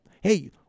hey